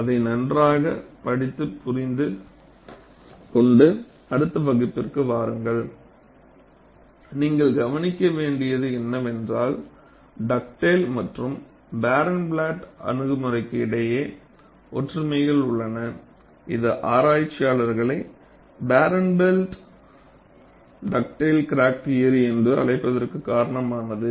அதை நன்றாக படித்து புரிந்து கொண்டு அடுத்த வகுப்பிற்கு வாருங்கள் நீங்கள் கவனிக்க வேண்டியது என்னவென்றால் டக்டேல் மற்றும் பாரன்ப்ளாட்டின் அணுகுமுறைக்கு இடையே ஒற்றுமைகள் உள்ளன இது ஆராய்ச்சியாளர்களை பாரன்ப்ளாட் டக்டேல் கிராக் தியரி என்று அழைப்பதற்கு காரணமானது